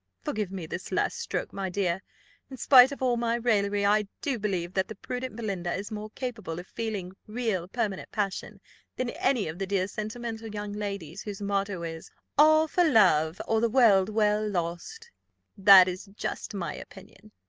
forgive me this last stroke, my dear in spite of all my raillery, i do believe that the prudent belinda is more capable of feeling real permanent passion than any of the dear sentimental young ladies, whose motto is all for love, or the world well lost that is just my opinion,